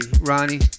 Ronnie